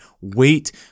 Wait